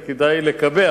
וכדאי לקבע